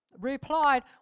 Replied